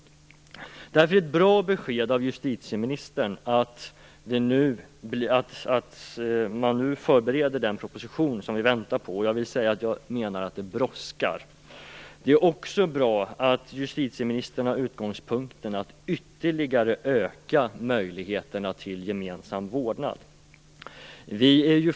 Det är därför ett bra besked från justitieministern att man nu förbereder den proposition som vi väntar på. Jag menar att den brådskar. Det är också bra att justitieministern har som utgångspunkt att möjligheterna till gemensam vårdnad skall öka ytterligare.